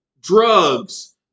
Drugs